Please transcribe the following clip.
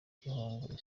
gihogwe